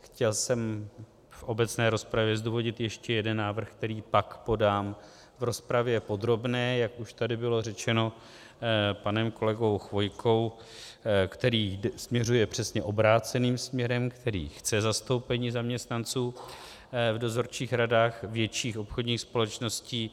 Chtěl jsem v obecné rozpravě zdůvodnit ještě jeden návrh, který pak podám v rozpravě podrobné, jak už tady bylo řečeno panem kolegou Chvojkou, který směřuje přesně obráceným směrem, který chce zastoupení zaměstnanců v dozorčích radách větších obchodních společností.